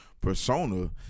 persona